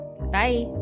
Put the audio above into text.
Bye